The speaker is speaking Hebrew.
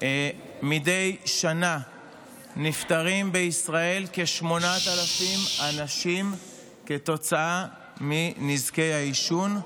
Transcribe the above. מדי שנה נפטרים בישראל כ-8,000 אנשים כתוצאה מנזקי העישון,